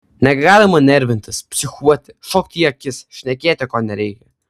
negalima nervintis psichuoti šokti į akis šnekėti ko nereikia